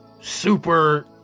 super